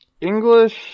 English